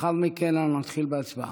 לאחר מכן נתחיל בהצבעה.